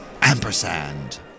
Ampersand